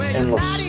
endless